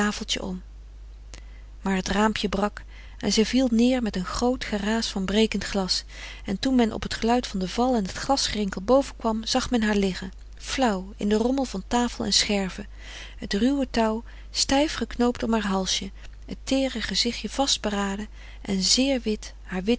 tafeltje om maar het raampje brak en zij viel neer met een groot geraas van brekend glas en toen men op t geluid van den val en het glasgerinkel bovenkwam zag men haar liggen flauw in den rommel van tafel en scherven het ruwe touw stijf geknoopt om haar halsje het teere gezichtje vastberaden en zeer wit haar